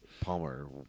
Palmer